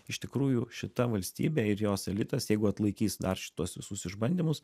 iš tikrųjų šita valstybė ir jos elitas jeigu atlaikys dar šituos visus išbandymus